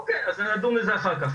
אוקיי, אז נדון בזה אחר כך.